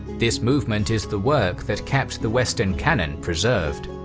this movement is the work that kept the western canon preserved.